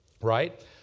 Right